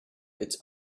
its